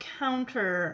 counter